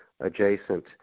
adjacent